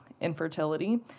infertility